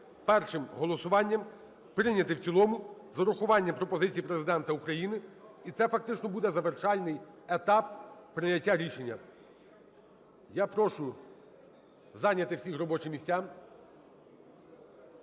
першим голосуванням прийняти в цілому з урахуванням пропозицій Президента України, і це фактично буде завершальний етап прийняття рішення. Я прошу зайняти всіх робочі місця.